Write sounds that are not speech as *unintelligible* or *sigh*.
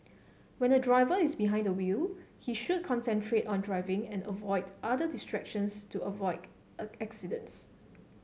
when a driver is behind the wheel he should concentrate on driving and avoid other distractions to avoid *unintelligible* accidents